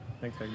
Thanks